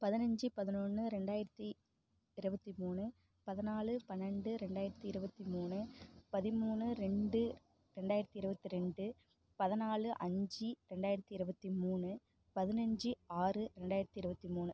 பதினைஞ்சு பதினொன்று ரெண்டாயிரத்தி இருபத்தி மூணு பதினாலு பன்னெரெண்டு ரெண்டாயிரத்தி இருபத்தி மூணு பதிமூணு ரெண்டு ரெண்டாயிரத்தி இருபத்தி ரெண்டு பதினாலு அஞ்சு ரெண்டாயிரத்தி இருபத்தி மூணு பதினைஞ்சு ஆறு ரெண்டாயிரத்தி இருபத்தி மூணு